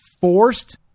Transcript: forced